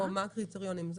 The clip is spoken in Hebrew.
מה הקריטריונים?